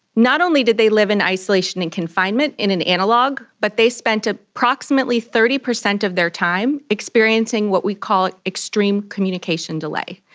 not only did they live in isolation and confinement in an analogue, but they spent ah approximately thirty percent of their time experiencing what we call extreme communication delay,